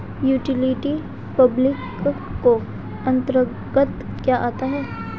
Utility public के अंतर्गत क्या आता है?